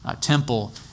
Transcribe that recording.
temple